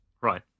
Right